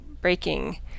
breaking